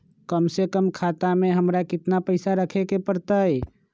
कम से कम खाता में हमरा कितना पैसा रखे के परतई?